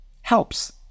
helps